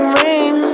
ring